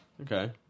Okay